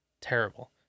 Terrible